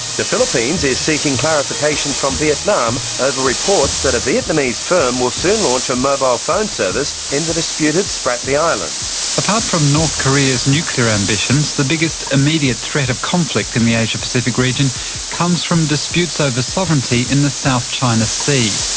the philippines is seeking clarification from vietnam over reports that a vietnamese firm will soon launch a mobile phone service in the disputed spratly islands. apart from north korea's nuclear ambitions, the biggest immediate threat of conflict in the asia pacific region comes from disputes over sovereignty in the south china sea.